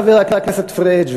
חבר הכנסת פריג',